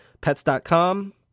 pets.com